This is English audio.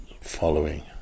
following